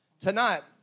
Tonight